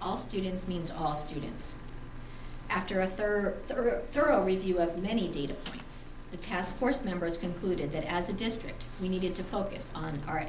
all students means all students after a third of the group thorough review of many data points the task force members concluded that as a district we needed to focus on our